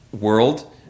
world